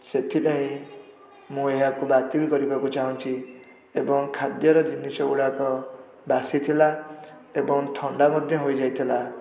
ସେଥିପାଇଁ ମୁଁ ଏହାକୁ ବାତିଲ୍ କରିବାକୁ ଚାହୁଁଛି ଏବଂ ଖାଦ୍ୟରେ ଜିନିଷଗୁଡ଼ାକ ବାସି ଥିଲା ଏବଂ ଥଣ୍ଡା ମଧ୍ୟ ହୋଇଯାଇଥିଲା